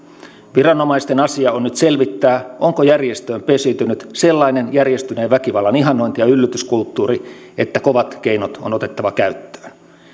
viranomaisten asia on nyt selvittää onko järjestöön pesiytynyt sellainen järjestyneen väkivallan ihannointi ja yllytyskulttuuri että kovat keinot on otettava käyttöön